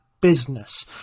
business